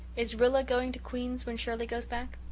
is rilla going to queen's when shirley goes back?